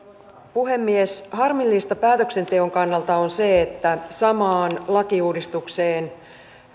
puhemies harmillista päätöksenteon kannalta on se että samaan lakiuudistukseen